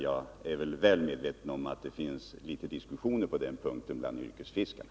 Jag är väl medveten om att det pågår diskussioner på den punkten bland yrkesfiskarna.